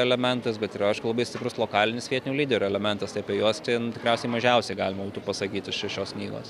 elementas bet ir aišku labai stiprus lokalinis vietinių lyderių elementas apie juos ten tikriausiai mažiausiai galima būtų pasakyti iš šios knygos